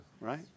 right